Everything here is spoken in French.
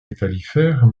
métallifères